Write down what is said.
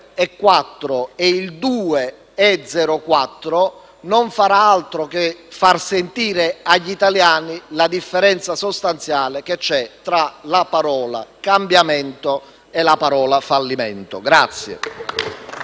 e il 2,04 non farà altro che far sentire agli italiani la differenza sostanziale che c'è tra la parola cambiamento e la parola fallimento.